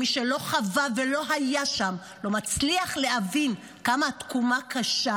ומי שלא חווה ולא היה שם לא מצליח להבין כמה התקומה קשה.